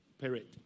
Period